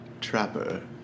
Trapper